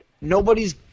nobody's –